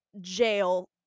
Jail